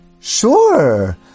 sure